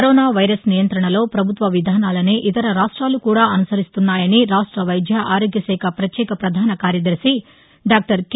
corona virus నియంత్రణలో పభుత్వ విధానాలనే ఇతర ర్వాప్లాలు కుడా అనుసరిస్తున్నాయని ను రాష్ట వైద్య ఆరోగ్య శాఖ పత్యేక పధాన కార్యదర్శి డాక్టర్ కె